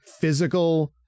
physical